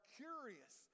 curious